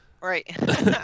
Right